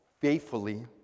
faithfully